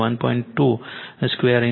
31 2 RL22